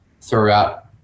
throughout